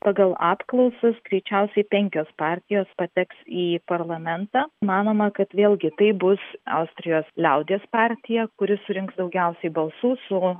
pagal apklausas greičiausiai penkios partijos pateks į parlamentą manoma kad vėlgi tai bus austrijos liaudies partija kuri surinks daugiausiai balsų su